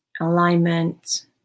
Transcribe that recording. alignment